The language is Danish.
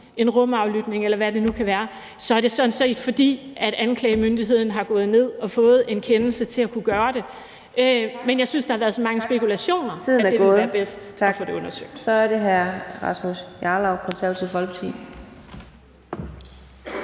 en rumaflytning, eller hvad det nu kan være, så er det sådan set, fordi anklagemyndigheden er gået ned og har fået en kendelse til at kunne gøre det. Men jeg synes, der har været så mange spekulationer, at det ville være bedst at få det undersøgt. Kl. 15:43 Fjerde næstformand (Karina